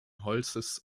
holzes